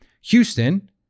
Houston